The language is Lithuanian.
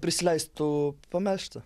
prisileistų pamelžti